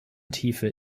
tiefe